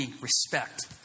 respect